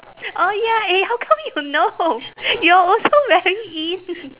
oh ya eh how come you know you are also very in